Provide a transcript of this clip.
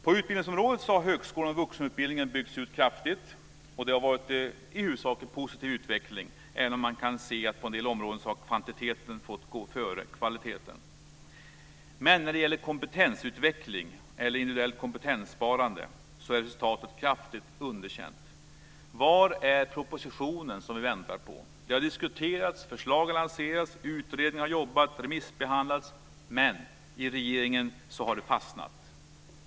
På utbildningsområdet har högskolan och vuxenutbildningen byggts ut kraftigt, och det har i huvudsak varit en positiv utveckling även om man kan se att kvantiteten på en del områden har fått gå före kvaliteten. När det gäller kompetensutveckling eller individuellt kompetenssparande är däremot resultatet kraftigt underkänt. Var är propositionen som vi väntar på? Det har diskuterats. Förslag har lanserats, utredningar har jobbat och remissbehandlats. Men i regeringen har det fastnat.